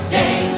day